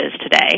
today